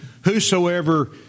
whosoever